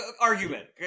Argument